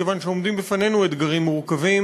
מכיוון שעומדים בפנינו אתגרים מורכבים.